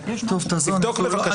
תעזוב,